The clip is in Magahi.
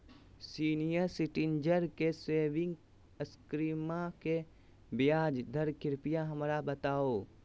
सीनियर सिटीजन के सेविंग स्कीमवा के ब्याज दर कृपया हमरा बताहो